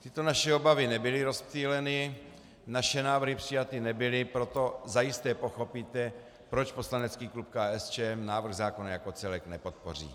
Tyto naše obavy nebyly rozptýleny, naše návrhy přijaty nebyly, proto zajisté pochopíte, proč poslanecký klub KSČM návrh zákona jako celek nepodpoří.